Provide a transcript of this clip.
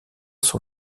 son